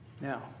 Now